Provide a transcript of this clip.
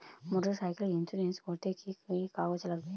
Motorcycle insurance করতে কি কি কাগজ লাগবে?